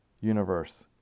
universe